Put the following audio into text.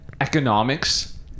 Economics